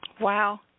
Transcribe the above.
Wow